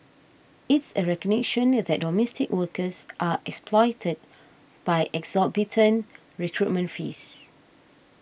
it's a recognition that domestic workers are exploited by exorbitant recruitment fees